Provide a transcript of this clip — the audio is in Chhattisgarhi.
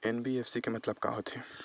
एन.बी.एफ.सी के मतलब का होथे?